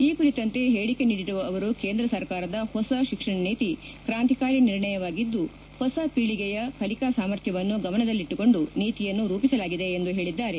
ಈ ಕುರಿತಂತೆ ಹೇಳಿಕೆ ನೀಡಿರುವ ಅವರು ಕೇಂದ್ರ ಸರ್ಕಾರದ ಹೊಸ ಶಿಕ್ಷಣ ನೀತಿ ಕ್ರಾಂತಿಕಾರಿ ನಿರ್ಣಯವಾಗಿದ್ದು ಹೊಸ ಪೀಳಿಗೆಯ ಕಲಿಕಾ ಸಾಮರ್ಥ್ಯವನ್ನು ಗಮನದಲ್ಲಿಟ್ಟುಕೊಂಡು ನೀತಿಯನ್ನು ರೂಪಿಸಲಾಗಿದೆ ಎಂದು ಹೇಳಿದ್ದಾರೆ